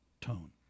tone